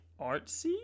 artsy